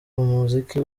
umuziki